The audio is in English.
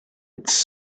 its